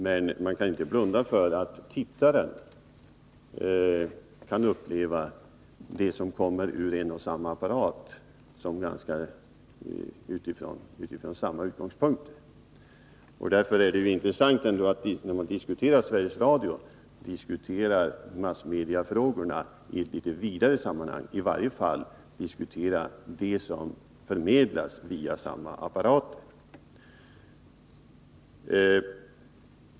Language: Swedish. Men man kan inte blunda för att tittaren kan uppleva det som kommer ur en och samma apparat utifrån samma utgångspunkt. Därför är det ändå intressant, när vi diskuterar Sveriges Radio, att också diskutera massmediefrågorna i ett litet vidare sammanhang -— i varje fall att diskutera det som förmedlas via samma apparater.